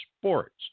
Sports